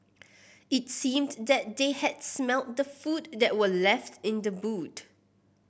its seemed that they had smelt the food that were left in the boot